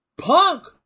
Punk